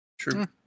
True